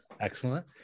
Excellent